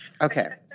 Okay